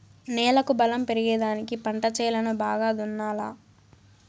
నేలకు బలం పెరిగేదానికి పంట చేలను బాగా దున్నాలా